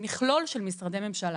מכולל של משרדי ממשלה,